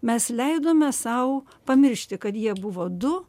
mes leidome sau pamiršti kad jie buvo du